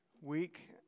week